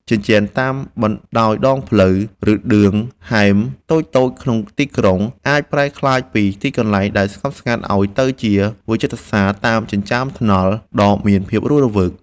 ជញ្ជាំងតាមបណ្ដោយដងផ្លូវដើរ ឬឌឿងហែមតូចៗក្នុងទីក្រុង អាចប្រែក្លាយពីកន្លែងដែលស្ងប់ស្ងាត់ឱ្យទៅជាវិចិត្រសាលតាមចិញ្ចើមថ្នល់ដ៏មានភាពរស់រវើក។